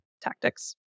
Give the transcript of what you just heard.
tactics